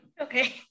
Okay